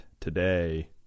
today